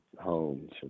homes